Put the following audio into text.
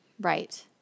Right